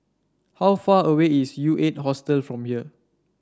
how far away is U Eight Hostel from here